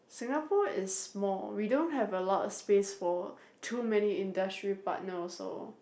Singapore is small we don't have a lot of space for too many industry partner also